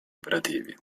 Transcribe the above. operativi